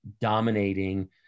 dominating